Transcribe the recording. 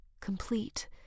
Complete